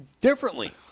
differently